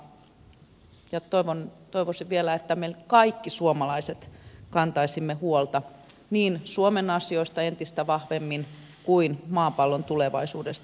suurin osa kantaa ja toivoisin vielä että me kaikki suomalaiset kantaisimme huolta niin suomen asioista entistä vahvemmin kuin maapallon tulevaisuudesta